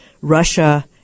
Russia